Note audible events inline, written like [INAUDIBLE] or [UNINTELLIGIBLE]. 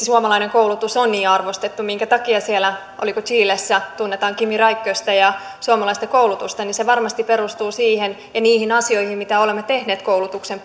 [UNINTELLIGIBLE] suomalainen koulutus on niin arvostettu minkä takia siellä oliko chilessä tunnetaan kimi räikköstä ja suomalaista koulutusta niin se varmasti perustuu siihen ja niihin asioihin mitä olemme tehneet koulutuksen [UNINTELLIGIBLE]